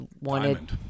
wanted